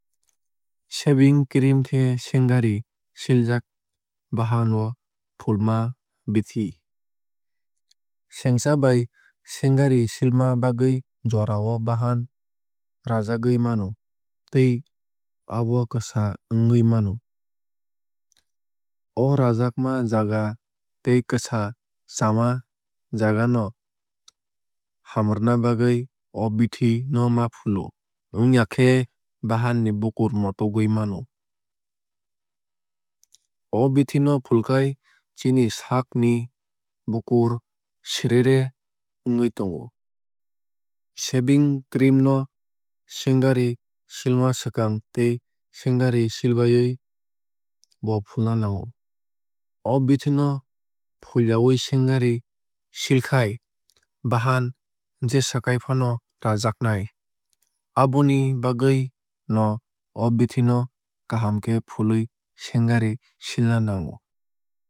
Shaving cream khe sengari siljak bahan o fulma bithi. Sengsa bai sengari silma bagwui jora o bahan rajagwui mano tei abo kwsa wngwui mano. O rajakma jaga tei kwsa chama jagano hamrwna bagwui o bithi no ma gulo. Wngya khe bahan ni bukur motogwui mano. O bithi no fulkhai chini saak ni bukur seere re wngwui tongo. Shaving cream no sengari silma swkang tei sengari silbawui bo fulna nango. O bithi no fulwawui sengari silkhai bahan jesakhai faano rajaknai. Aboni bagwui no o bithi no kaham khe fului sengari silna nango.